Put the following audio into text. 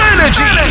Energy